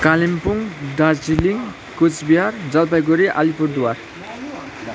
Kalimpong Darjeeling Coochbehar Jalpaiguri Alipurduar